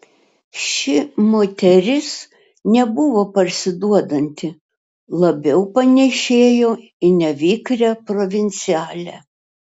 ši moteris nebuvo parsiduodanti labiau panėšėjo į nevikrią provincialę